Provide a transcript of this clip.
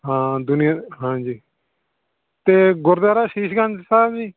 ਹਾਂ ਦੁਨੀਆ ਹਾਂਜੀ ਅਤੇ ਗੁਰਦੁਆਰਾ ਸ਼ੀਸ਼ ਗੰਜ ਸਾਹਿਬ ਜੀ